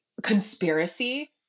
conspiracy